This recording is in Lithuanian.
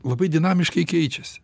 labai dinamiškai keičiasi